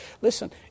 Listen